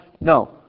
No